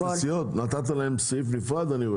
נתת להם סעיף נפרד, אני רואה.